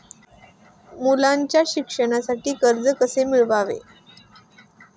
मुलाच्या शिक्षणासाठी कर्ज कसे मिळवावे?